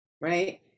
right